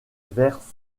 vers